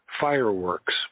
fireworks